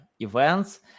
Events